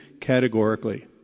categorically